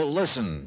listen